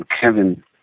Kevin